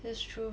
that's true